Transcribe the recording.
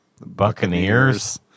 Buccaneers